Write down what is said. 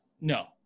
No